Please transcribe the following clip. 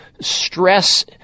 stress